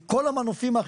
כל המנופים,